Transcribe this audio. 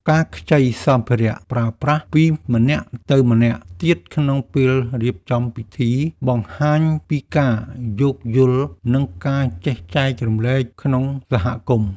ការខ្ចីសម្ភារៈប្រើប្រាស់ពីម្នាក់ទៅម្នាក់ទៀតក្នុងពេលរៀបចំពិធី បង្ហាញពីការយោគយល់និងការចេះចែករំលែកក្នុងសហគមន៍។